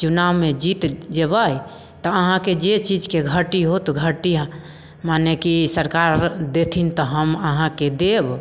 चुनावमे जीत जेबय तऽ अहाँके जे चीजके घट्टी होत घट्टी मने कि सरकार अर देथिन तऽ हम अहाँके देब